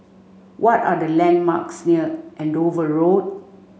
what are the landmarks near Andover Road